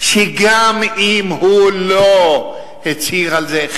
שגם אם הוא לא הצהיר על זה,